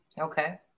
Okay